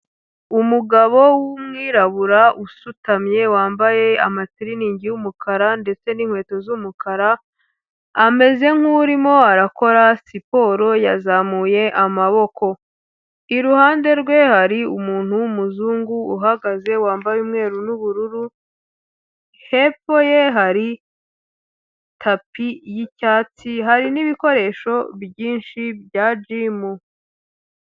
Umugabo w'umwirabura usutamye wambaye amatiriningi y'umukara ndetse n'inkweto z'umukara, ameze nk'urimo arakora siporo yazamuye amaboko, iruhande rwe hari umuntu w'umuzungu uhagaze wambaye umweru n'ubururu, hepfo ye hari tapi y'icyatsi, hari n'ibikoresho byinshi bya jimu.